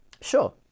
Sure